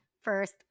first